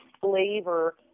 flavor